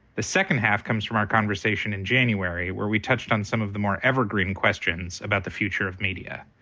the second half comes from our conversation in january, where we touched on some of the more evergreen questions about the future of media.